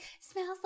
smells